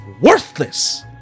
worthless